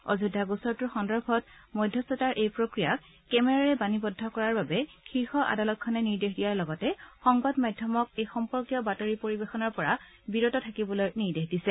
অযোধ্যা গোচৰটোৰ সন্দৰ্ভত মধ্যস্থতাৰ এই প্ৰক্ৰিয়াক কেমেৰাৰে বাণীবদ্ধ কৰাৰ বাবে শীৰ্ষ আদালতখনে নিৰ্দেশ দিয়াৰ লগতে সংবাদ মাধ্যমক এই সম্পৰ্কীয় বাতৰি পৰিৱেশনৰ পৰা বিৰত থাকিবলৈ নিৰ্দেশ দিছে